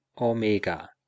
omega